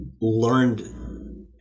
learned